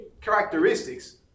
characteristics